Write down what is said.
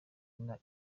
nabi